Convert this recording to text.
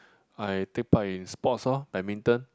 I take part in sports orh badminton